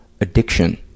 addiction